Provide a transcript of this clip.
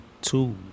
two